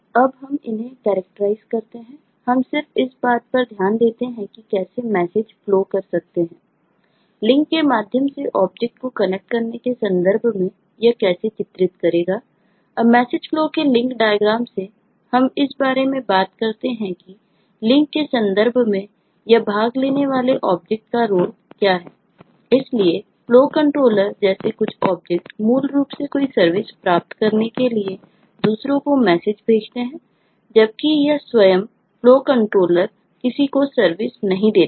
अब हम इन्हें कैरक्टराइज के रूप में जाना जाता है